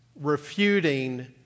refuting